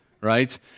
right